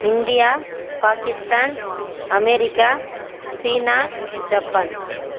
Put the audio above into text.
India Pakistan America China Japan